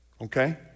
Okay